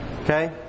Okay